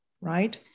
right